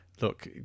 look